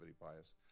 bias